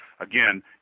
again